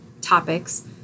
topics